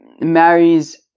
marries